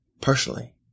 personally